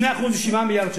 2% זה 7 מיליארד שקל.